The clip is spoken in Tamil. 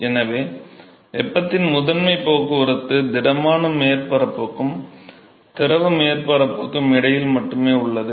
எனவே வெப்பத்தின் முதன்மை போக்குவரத்து திடமான மேற்பரப்புக்கும் திரவ மேற்பரப்புக்கும் இடையில் மட்டுமே உள்ளது